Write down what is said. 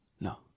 No